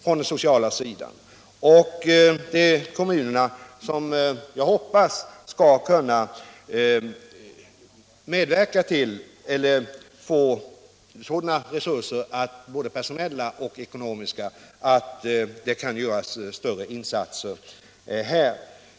Jag hoppas att kommunerna skall kunna medverka till att vi får både personella och ekonomiska resurser för insatser på detta område.